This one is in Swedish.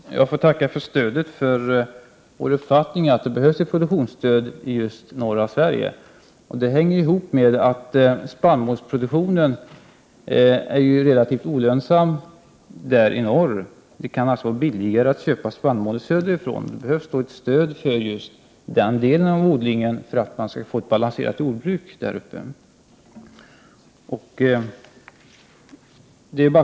Herr talman! Jag får tacka för stödet för vår uppfattning att det behövs ett produktionsstöd i just norra Sverige. Det hänger ihop med att just spannmålsproduktionen är relativt olönsam i norr. Det kan alltså vara billigare att köpa spannmål söderifrån. Det behövs ett stöd till just den delen av odlingen för att jordbruket där uppe skall vara balanserat.